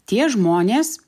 tie žmonės